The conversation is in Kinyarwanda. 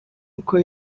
uko